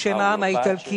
בשם העם האיטלקי,